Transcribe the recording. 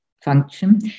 function